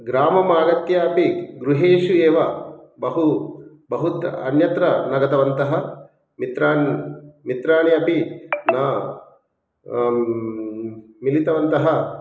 ग्रामम् आगत्यापि गृहेषु एव बहु बहुत्र अन्यत्र न गतवन्तः मित्रान् मित्राणि अपि न मिलितवन्तः